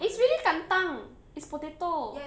it's really kentang it's potato